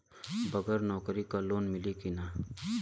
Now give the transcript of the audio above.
बगर नौकरी क लोन मिली कि ना?